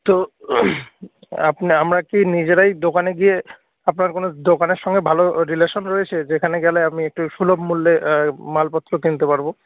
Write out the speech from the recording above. তো আপনি আমরা কি নিজেরাই দোকানে গিয়ে আপনার কোনো দোকানের সঙ্গে ভালো রিলেশন রয়েছে যেখানে গেলে আমি একটু সুলভ মূল্যে মালপত্র কিনতে পারব